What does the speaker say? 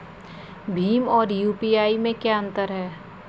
भीम और यू.पी.आई में क्या अंतर है?